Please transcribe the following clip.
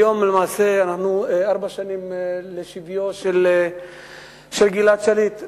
היום מלאו למעשה ארבע שנים לשביו של גלעד שליט.